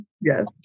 Yes